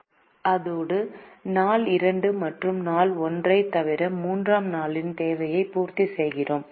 இப்போது அது ≥ 240 ஆகும் அதோடு நாள் 2 மற்றும் நாள் 1 ஐத் தவிர 3 ஆம் நாளின் தேவையையும் பூர்த்தி செய்கிறோம்